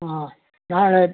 ಹಾಂ ನಾಳೆ